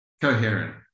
coherent